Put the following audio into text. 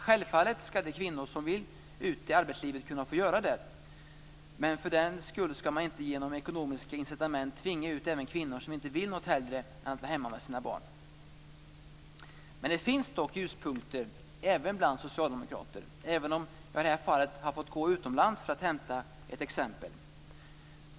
Självfallet skall de kvinnor som vill ut i arbetslivet kunna få göra det, men för den skull skall man inte genom ekonomiska incitament tvinga ut även kvinnor som inte vill något hellre än att vara hemma med sina barn. Det finns dock ljuspunkter även bland socialdemokrater, även om jag i det här fallet har fått gå utomlands för att hämta ett exempel.